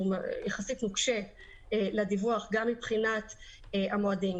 יחסית נוקשה לדיווח גם מבחינת המועדים,